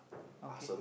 okay